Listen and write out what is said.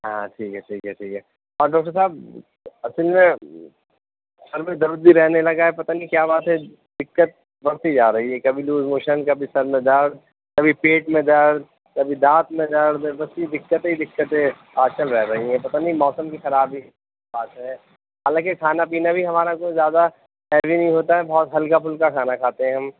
ہاں ٹھیک ہے ٹھیک ہے ٹھیک ہے اور ڈاکٹر صاحب اصل میں سر میں درد بھی رہنے لگا ہے پتہ نہیں کیا بات ہے دقت بڑھتی جا رہی ہے کبھی لوز موشن کبھی سر میں درد کبھی پیٹ میں درد کبھی دانت میں درد بس یہ دقتیں ہی دقتیں چل رہا ہے پتہ نہیں موسم کی خرابی بات ہے حالانکہ کھانا پینا بھی ہمارا کو زیادہ ہیوی نہیں ہوتا ہے بہت ہلکا پھلکا کھانا کھاتے ہیں ہم